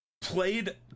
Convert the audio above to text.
played